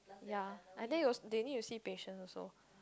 ya I think also they need to see patient also